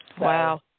Wow